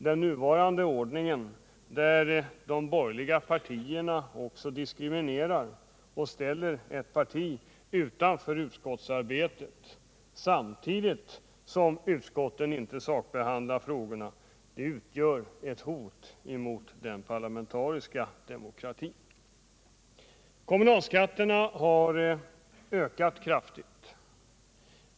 Den nuvarande ordningen, där de borgerliga partierna diskriminerar och ställer ett parti utanför utskottsarbetet samtidigt som utskotten icke sakbehandlar frågorna, utgör ett hot mot den parlamentariska demokratin. Kommunalskatterna har ökat kraftigt.